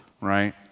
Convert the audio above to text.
right